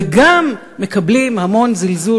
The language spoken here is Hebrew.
וגם מקבלים המון זלזול,